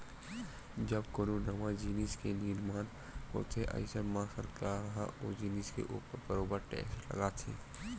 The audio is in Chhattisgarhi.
जब कोनो नवा जिनिस के निरमान होथे अइसन म सरकार ह ओ जिनिस के ऊपर बरोबर टेक्स लगाथे